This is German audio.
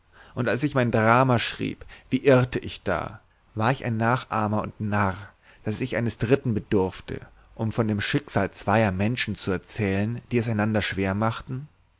und als ich mein drama schrieb wie irrte ich da war ich ein nachahmer und narr daß ich eines dritten bedurfte um von dem schicksal zweier menschen zu erzählen die es einander schwer machten